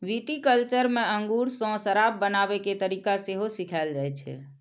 viticulture मे अंगूर सं शराब बनाबै के तरीका सेहो सिखाएल जाइ छै